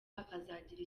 azagira